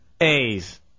A's